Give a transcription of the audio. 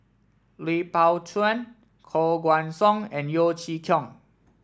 Lui Pao Chuen Koh Guan Song and Yeo Chee Kiong